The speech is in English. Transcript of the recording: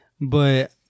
but-